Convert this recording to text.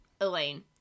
Elaine